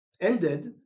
ended